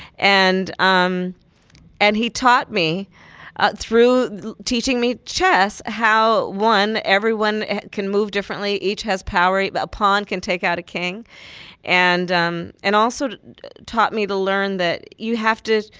and um and he taught me ah through teaching me chess how, one, everyone can move differently, each has power a but pawn can take out a king and um and also taught me to learn that you have to,